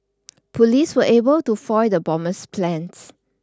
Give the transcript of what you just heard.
police were able to foil the bomber's plans